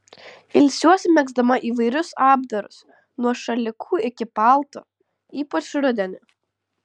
ilsiuosi megzdama įvairius apdarus nuo šalikų iki paltų ypač rudenį